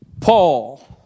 Paul